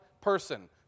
person